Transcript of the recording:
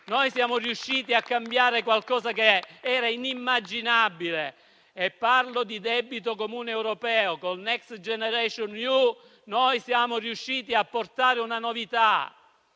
Noi siamo riusciti a cambiare qualcosa che sembrava inimmaginabile poter cambiare. Parlo di debito comune europeo. Col Next generation EU, noi siamo riusciti a portare una novità.